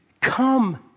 come